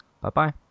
Bye-bye